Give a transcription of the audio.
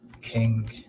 King